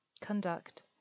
conduct